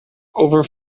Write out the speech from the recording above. over